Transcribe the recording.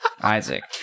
Isaac